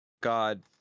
God